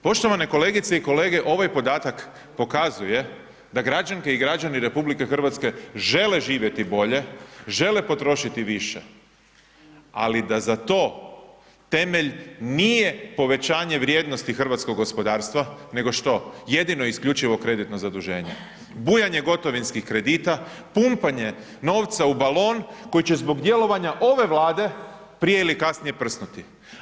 Poštovane kolegice i kolege ovaj podatak pokazuje da građanke i građani RH žele živjeti bolje, žele potrošiti više ali da za to temelj nije povećanje vrijednosti hrvatskog gospodarstva nego što jedino isključivo kreditno zaduženje, bujanje gotovinskih kredita, pumpanje novca u balon koji će zbog djelovanja ove Vlade prije ili kasnije prsnuti.